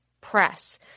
Press